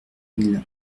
mille